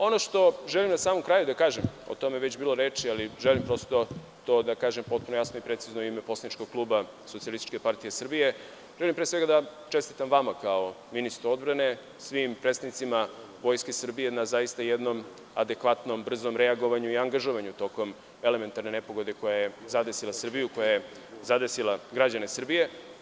Ono što želim na samom kraju da kažem, o tome je već bilo reči, želim prosto to da kažem potpuno jasno i precizno u ime poslaničkog kluba SPS, želim pre svega da čestitam vama kao ministru odbrane, svim predstavnicima Vojske Srbije na zaista jednom adekvatnom brzom reagovanju i angažovanju tokom elementarne nepogode koja je zadesila Srbiju, koja je zadesila građane Srbije.